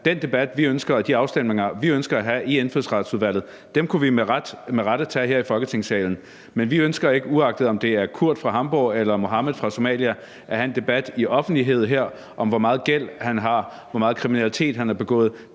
den debat, vi ønsker, og de afstemninger, vi ønsker at have i Indfødsretsudvalget, kunne vi med rette tage her i Folketingssalen. Men vi ønsker ikke, uagtet om det er Kurt fra Hamborg eller Muhammed fra Somalia, at have en debat i offentlighed her om, hvor meget gæld han har, hvor meget kriminalitet han har begået.